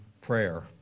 prayer